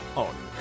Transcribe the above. on